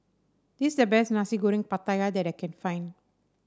this the best Nasi Goreng Pattaya that I can find